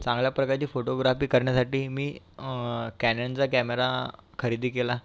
चांगल्या प्रकारचे फोटोग्राफी करण्यासाठी मी कॅननचा कॅमेरा खरेदी केला